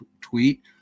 tweet